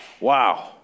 Wow